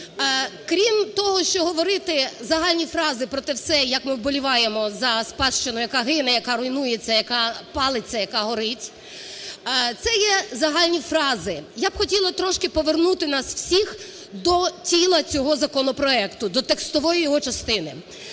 Крім того, що говорити загальні фрази про те все, як ми вболіваємо за спадщину, яка гине, яка руйнується, яка палиться, яка горить, це є загальні фрази. Я б хотіла трошки повернути нас всіх до тіла цього законопроекту, до текстової його частини.